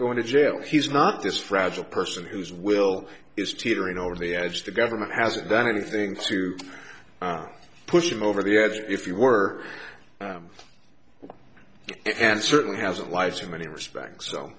going to jail he's not this fragile person who's will is teetering over the edge the government hasn't done anything to push him over the edge if you were and certainly hasn't lived in many respects